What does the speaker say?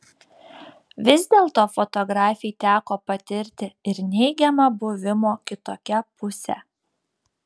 vis dėlto fotografei teko patirti ir neigiamą buvimo kitokia pusę